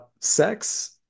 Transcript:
sex